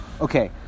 Okay